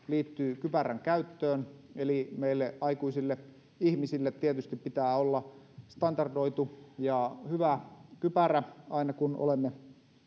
liittyy kypärän käyttöön meille aikuisille ihmisille tietysti pitää olla standardoitu ja hyvä kypärä aina kun olemme